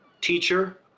Teacher